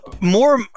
more